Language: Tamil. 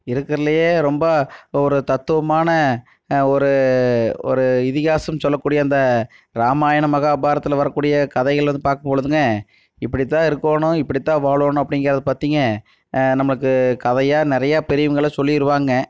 இருக்கிறதுலையே ரொம்ப ஒரு தத்துவமான ஒரு ஒரு இதிகாசம்னு சொல்லக்கூடிய அந்த ராமாயணம் மகாபாரதத்தில் வரக்கூடிய கதைகளை வந்து பார்க்கும் பொழுதுங்க இப்படித்தான் இருக்கணும் இப்படித்தான் வாழணும் அப்படிங்குறத பற்றிங்க நம்மளுக்கு கதையாக நிறைய பெரியவங்கள்லாம் சொல்லியிருபாங்க